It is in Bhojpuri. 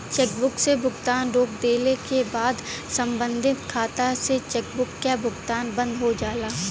चेकबुक से भुगतान रोक देले क बाद सम्बंधित खाता से चेकबुक क भुगतान बंद हो जाला